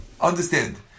understand